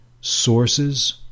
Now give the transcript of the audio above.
sources